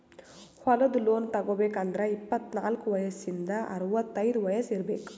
ಹೊಲದ್ ಲೋನ್ ತಗೋಬೇಕ್ ಅಂದ್ರ ಇಪ್ಪತ್ನಾಲ್ಕ್ ವಯಸ್ಸಿಂದ್ ಅರವತೈದ್ ವಯಸ್ಸ್ ಇರ್ಬೆಕ್